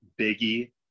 Biggie